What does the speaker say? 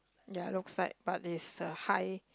ya looks like but there's a high